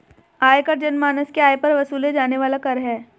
आयकर जनमानस के आय पर वसूले जाने वाला कर है